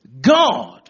God